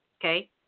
Okay